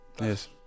Yes